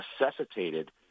necessitated